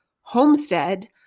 homestead